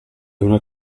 una